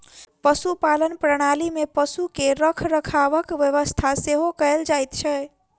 पशुपालन प्रणाली मे पशु के रखरखावक व्यवस्था सेहो कयल जाइत छै